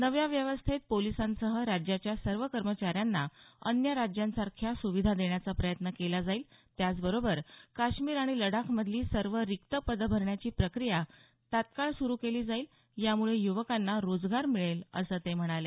नव्या व्यवस्थेत पोलिसांसह राज्याच्या सर्व कर्मचाऱ्यांना अन्य राज्यांसारख्या सुविधा देण्याचा प्रयत्न केला जाईल त्याचबरोबर काश्मीर आणि लडाखमधली सर्व रिक्तपदं भरण्याची प्रक्रिया तत्काळ सुरु केली जाईल यामुळे युवकांना रोजगार मिळेल असं ते म्हणाले